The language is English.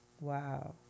Wow